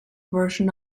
version